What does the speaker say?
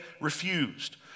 refused